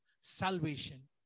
salvation